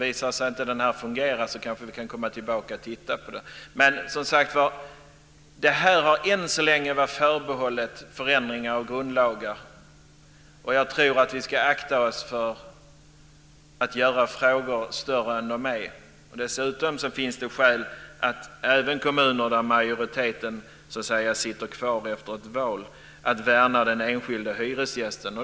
Visar det sig att den inte fungerar kanske vi kan komma tillbaka och titta närmare på det. Men, som sagt var, det här har än så länge varit förbehållet förändringar av grundlagar. Jag tror att vi ska akta oss för att göra frågor större än vad de är. Dessutom finns det skäl även för kommuner där majoriteten sitter kvar efter ett val att värna den enskilde hyresgästen.